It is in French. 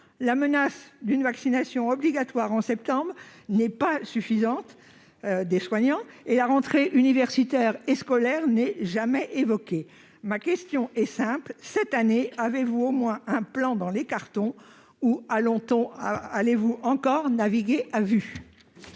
La menace d'une vaccination obligatoire des soignants au mois de septembre prochain n'est pas suffisante et la rentrée universitaire et scolaire n'est jamais évoquée. Ma question est simple : cette année, avez-vous au moins un plan dans les cartons ou allez-vous encore naviguer à vue ?